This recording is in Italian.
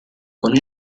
con